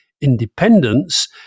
independence